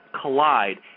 collide